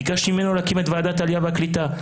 ביקשתי ממנו להקים את ועדת העלייה והקליטה,